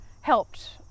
helped